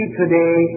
today